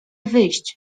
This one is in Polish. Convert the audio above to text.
wyjść